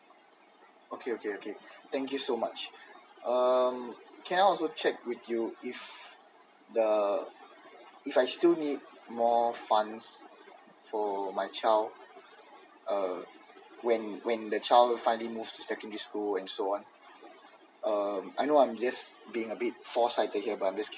okay okay okay thank you so much um can I also check with you if the if I still need more funds for my child uh when when the child finally move to secondary school and so on uh I know I'm just being a bit foresighted here but I'm just